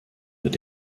mit